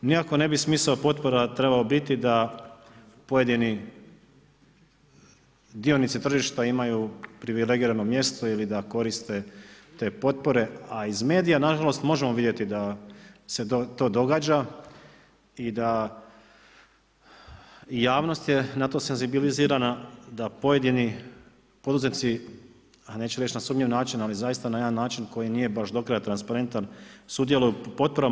Nikako ne bi smisao potpora trebao biti da pojedini dionici tržišta imaju privilegirano mjesto ili da koriste te potpore, a iz medija nažalost, možemo vidjeti da se to događa i da javnost je na to senzibilizirana, da pojedini poduzetnici, a neću reći na sumnjiv način, ali zaista na jedan način koji nije baš do kraja transparentan, sudjeluju u potporama.